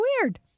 weird